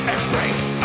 Embrace